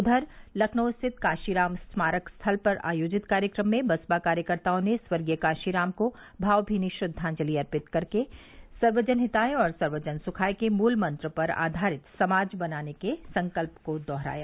उधर लखनऊ स्थित कांशीराम स्मारक स्थल पर आयोजित कार्यक्रम में बसपा कार्यकर्ताओं ने स्वर्गीय कांशीराम को भावनीनी श्रद्वाजलि अर्पित कर सर्वजन हिताय और सर्वजन सुखाय के मूल मंत्र पर आधारित समाज बनाने के संकल्प को दोहराया